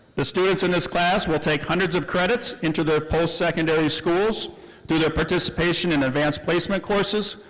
the students in this class will take hundreds of credits into the post secondary schools through their participation in advanced placement courses,